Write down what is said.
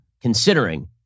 considering